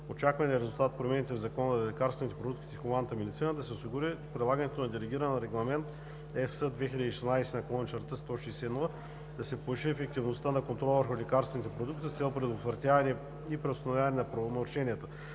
Очакваният резултат от промените в Закона за лекарствените продукти в хуманната медицина е да се осигури прилагането на Делегиран регламент (ЕС) 2016/161, да се повиши ефективността на контрола върху лекарствените продукти с цел предотвратяване и преустановяване на правонарушенията.